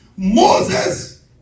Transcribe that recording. Moses